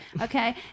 Okay